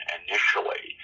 initially